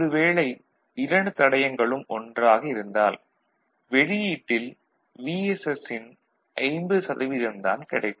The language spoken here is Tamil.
ஒரு வேளை இரண்டு தடையங்களும் ஒன்றாக இருந்தால் வெளியீட்டில் VSS ன் 50 சதவீதம் தான் கிடைக்கும்